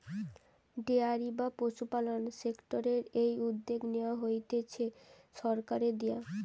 dairy বা পশুপালন সেক্টরের এই উদ্যগ নেয়া হতিছে সরকারের দিয়া